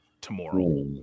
tomorrow